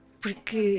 porque